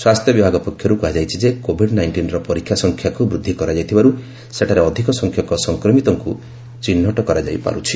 ସ୍ୱାସ୍ଥ୍ୟ ବିଭାଗ ପକ୍ଷରୁ କୁହାଯାଇଛି ଯେ କୋଭିଡ୍ ନାଇଷ୍ଟିନ୍ର ପରୀକ୍ଷା ସଂଖ୍ୟାକୁ ବୃଦ୍ଧି କରାଯାଇଥିବାରୁ ସେଠାରେ ଅଧିକ ସଂଖ୍ୟକ ସଂକ୍ରମିତଙ୍କୁ ଚିହ୍ନଟ କରାଯାଇ ପାରୁଛି